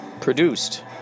produced